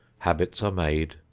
habits are made,